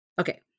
Okay